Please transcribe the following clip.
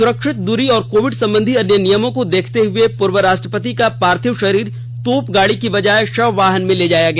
सुरक्षित दूरी और कोविड संबंधी अन्य नियमों को देखते हुए पूर्व राष्ट्रपति का पार्थिव शरीर तोपगाड़ी की बजाए शव वाहन में ले जाया गया